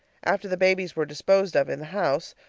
after the babies were disposed of in the house,